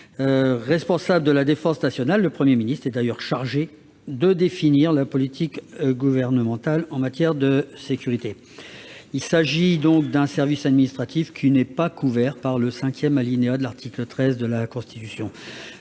responsable de la défense nationale, est chargé de définir la politique gouvernementale en matière de sécurité. Il s'agit donc d'un service administratif, qui n'est pas couvert par le cinquième alinéa de l'article 13 de la Constitution.